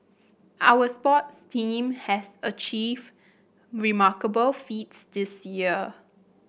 our sports team has achieved remarkable feats this year